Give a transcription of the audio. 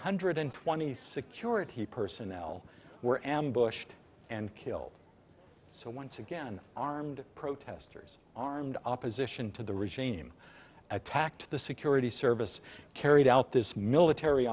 hundred twenty security personnel were ambushed and killed so once again armed protesters armed opposition to the regime attacked the security service carried out this military